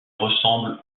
ressemble